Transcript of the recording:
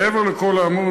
מעבר לכל האמור,